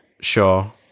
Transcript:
Sure